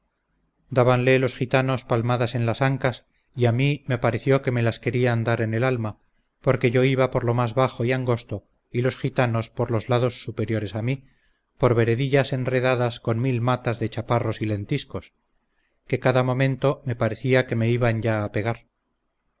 podía dabanle los gitanos palmadas en las ancas y a mí me pareció que me las querían dar en el alma porque yo iba por lo más bajo y angosto y los gitanos por los lados superiores a mí por veredillas enredadas con mil matas de chaparros y lentiscos que cada momento me parecía que me iban ya a pegar